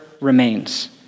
remains